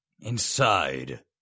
Inside